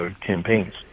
campaigns